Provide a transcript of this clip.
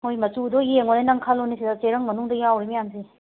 ꯍꯣꯏ ꯃꯆꯨꯗꯣ ꯌꯦꯡꯉꯣꯅꯦ ꯅꯪ ꯈꯜꯂꯣꯅꯦ ꯁꯤꯗ ꯆꯦꯔꯪ ꯃꯅꯨꯡꯗ ꯌꯥꯎꯔꯤ ꯃꯌꯥꯝꯁꯦ